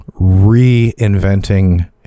reinventing